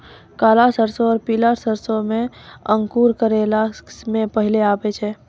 काला सरसो और पीला सरसो मे अंकुर केकरा मे पहले आबै छै?